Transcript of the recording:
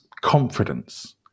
confidence